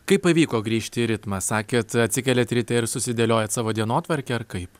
kaip pavyko grįžti į ritmą sakėt atsikeliat ryte ir susidėliojat savo dienotvarkę ar kaip